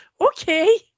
okay